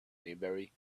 maybury